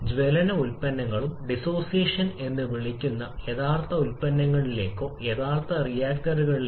Civic സമാനമായ ഒരു മാറ്റവും സംഭവിക്കാം അതിനർത്ഥം നിങ്ങൾ പകരം വയ്ക്കുന്ന അതേ രീതിയിലാണ് വായുവിനുള്ള R സിവിയുടെ മൂല്യവും ലഭിക്കും